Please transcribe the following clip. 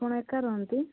ଆପଣ ଏକା ରୁହନ୍ତି